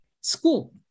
school